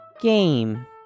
game